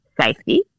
safety